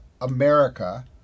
America